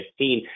2015